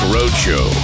Roadshow